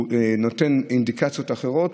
הוא נותן אינדיקציות אחרות,